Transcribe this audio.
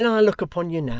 and when i look upon you now,